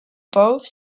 both